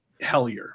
hellier